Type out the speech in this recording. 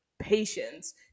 patience